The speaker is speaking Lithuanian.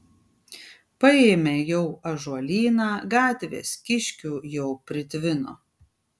paėmė jau ąžuolyną gatvės kiškių jau pritvino